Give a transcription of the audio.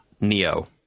Neo